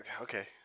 Okay